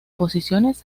posiciones